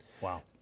Wow